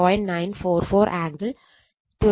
944 angle 26